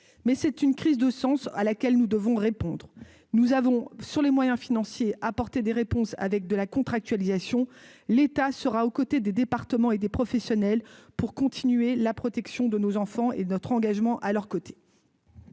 mais c'est une crise de sens à laquelle nous devons répondre, nous avons sur les moyens financiers, apporter des réponses avec de la contractualisation, l'État sera aux côtés des départements et des professionnels pour continuer la protection de nos enfants et notre engagement à leurs côtés.